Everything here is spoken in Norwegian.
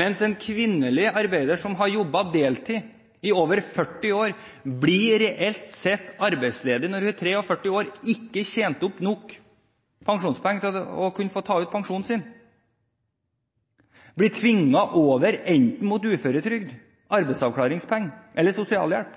Mens en kvinnelig arbeider som har arbeidet deltid i over 40 år, og reelt sett blir arbeidsledig når hun er 63 år, ikke har tjent opp nok pensjonspoeng til at hun kan ta ut pensjonen sin og blir tvunget over mot enten uføretrygd, arbeidsavklaringspenger eller sosialhjelp.